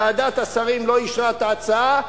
ועדת השרים לא אישרה את ההצעה,